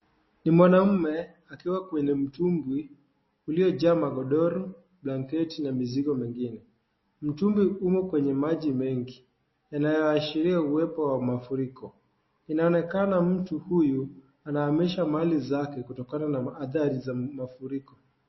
Ni mwanamme akiwa kwenye mtumbwi uliojaa magodoro, blanketi na mizigo mengine. Mtumbwi umo kwenye maji mengi yanayoashiria uwepo wa mafuriko, inaonekana mtu huyu anahamisha mali zake kutokana na athari za mafuriko.